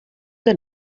que